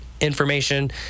information